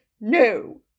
No